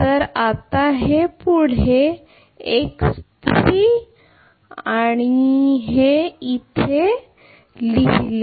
तर आता हे पुढे आणि पुढे हे आहे बरोबर